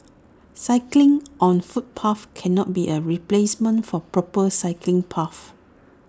cycling on footpaths cannot be A replacement for proper cycling paths